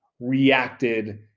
reacted